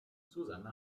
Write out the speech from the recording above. susanne